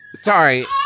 Sorry